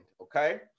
okay